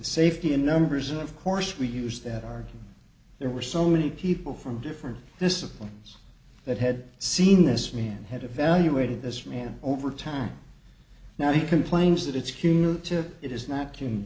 safety in numbers and of course we use that are there were so many people from different disciplines that had seen this man had evaluated this man over time now he complains that it's q tip it is not